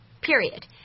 period